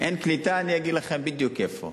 אין קליטה, אני אגיד לכם בדיוק איפה.